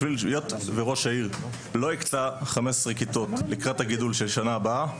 בשביל היות וראש העיר לא הקצה 15 כיתות לקראת הגידול של שנה הבאה,